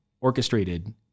orchestrated